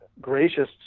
gracious